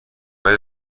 ولی